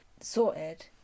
sorted